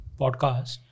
podcast